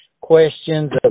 questions